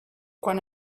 quan